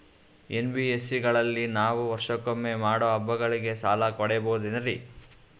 NBSC ಗಳಲ್ಲಿ ನಾವು ವರ್ಷಕೊಮ್ಮೆ ಮಾಡೋ ಹಬ್ಬಗಳಿಗೆ ಸಾಲ ಪಡೆಯಬಹುದೇನ್ರಿ?